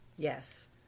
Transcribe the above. Yes